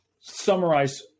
summarize